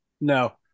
no